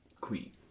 Queen